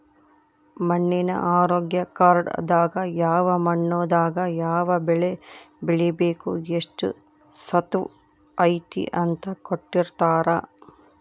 ಮಣ್ಣಿನ ಆರೋಗ್ಯ ಕಾರ್ಡ್ ದಾಗ ಯಾವ ಮಣ್ಣು ದಾಗ ಯಾವ ಬೆಳೆ ಬೆಳಿಬೆಕು ಎಷ್ಟು ಸತುವ್ ಐತಿ ಅಂತ ಕೋಟ್ಟಿರ್ತಾರಾ